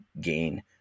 gain